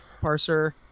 parser